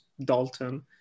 Dalton